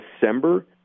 December